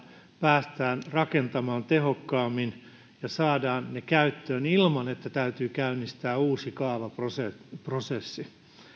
päästään rakentamaan tehokkaammin ja saadaan ne käyttöön ilman että täytyy käynnistää uusi kaavaprosessi